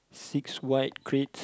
six white crates